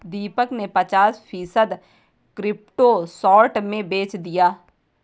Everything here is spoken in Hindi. दीपक ने पचास फीसद क्रिप्टो शॉर्ट में बेच दिया